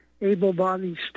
able-bodied